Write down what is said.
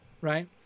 right